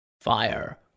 Fire